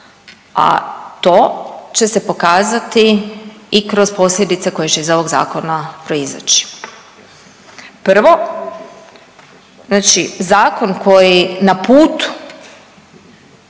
a to će se pokazati i kroz posljedice koje će iz ovog zakona proizići. Prvo znači zakon koji na putu